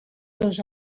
dos